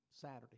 Saturday